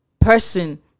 person